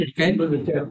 Okay